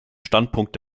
standpunkt